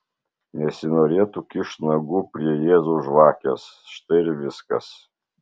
nesinorėtų kišt nagų prie jėzaus žvakės štai ir viskas